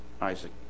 Isaac